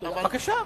בבקשה.